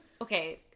okay